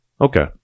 Okay